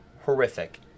horrific